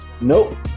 Nope